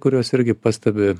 kuriuos irgi pastebi